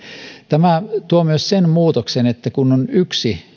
tämä tuo myös sen muutoksen että kun on yksi